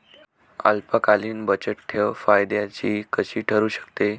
अल्पकालीन बचतठेव फायद्याची कशी ठरु शकते?